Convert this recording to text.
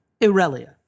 Irelia